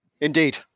Indeed